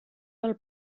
del